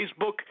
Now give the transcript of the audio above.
facebook